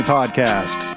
Podcast